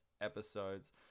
episodes